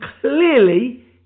clearly